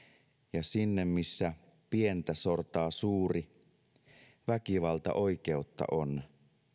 ja sinne missä pientä sortaa suuri väkivalta oikeutta on